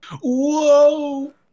Whoa